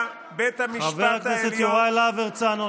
חבר הכנסת יוראי להב הרצנו,